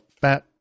fat